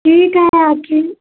ठीक है आके